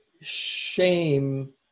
shame